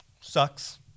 sucks